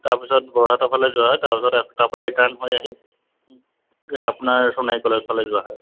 তাৰপিছত বৰহাটৰ ফালে যোৱা হয় তাৰপিছত তাৰপৰা ৰিটাৰ্ণ হৈ আহি আপোনাৰ সোণাৰী কলেজ ফালে যোৱা হয়